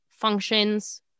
functions